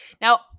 Now